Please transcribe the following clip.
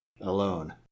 Alone